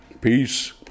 Peace